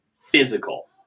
physical